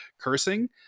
cursing